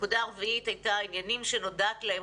נקודה רביעית הייתה עניינים שנודעת להם